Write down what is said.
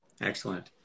Excellent